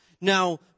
Now